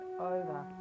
over